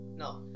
no